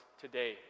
today